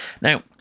Now